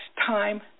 time